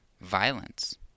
violence